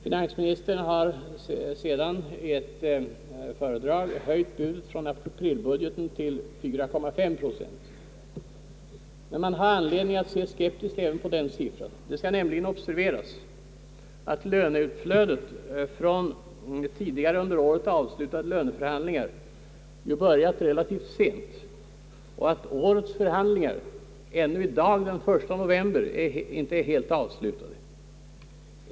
Finansministern har sedan i ett föredrag höjt budet från aprilbudgeten till 4,5 procent. Men man har anledning att se skeptiskt även på den siffran. Det skall nämligen observeras att löneutflödet från tidigare under året avslutade löneförhandlingar har börjat relativt sent och att årets förhandlingar ännu i dag, den 1 november, inte är helt avslutade.